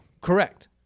Correct